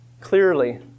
clearly